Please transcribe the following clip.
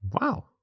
wow